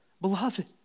Beloved